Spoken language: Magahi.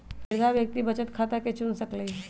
वृद्धा व्यक्ति वृद्धा बचत खता के चुन सकइ छिन्ह